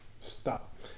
Stop